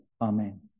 Amen